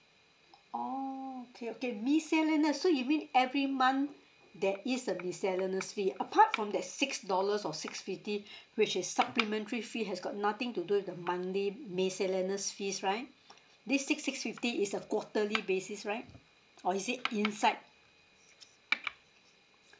oh okay okay miscellaneous so you mean every month there is a miscellaneous fee apart from that six dollars or six fifty which is supplementary fee has got nothing to do with the monthly miscellaneous fees right this six six fifty is a quarterly basis right or is it inside